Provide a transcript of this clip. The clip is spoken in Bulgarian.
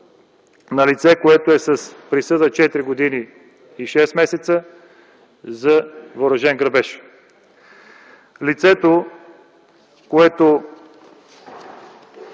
на лице, което е с присъда 4 години и 6 месеца за въоръжен грабеж. Лицето Мариян